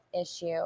issue